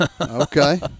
Okay